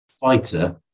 fighter